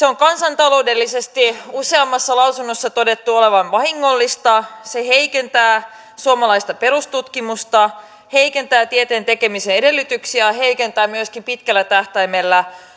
on kansantaloudellisesti useammassa lausunnossa todettu olevan vahingollista se heikentää suomalaista perustutkimusta heikentää tieteen tekemisen edellytyksiä heikentää myöskin pitkällä tähtäimellä